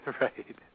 Right